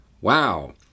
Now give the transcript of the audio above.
Wow